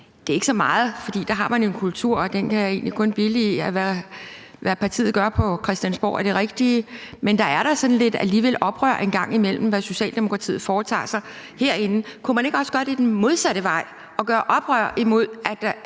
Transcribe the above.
det er ikke så meget, for der har man en kultur, og den kan jeg egentlig kun billige, med, at hvad partiet gør på Christiansborg, er det rigtige, men der er da alligevel sådan lidt – i forhold til hvad Socialdemokratiet foretager sig herinde. Kunne man ikke også gøre det den modsatte vej og gøre oprør imod, at